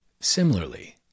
Similarly